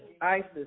Isis